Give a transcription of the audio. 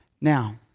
Now